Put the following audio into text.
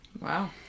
Wow